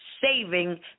saving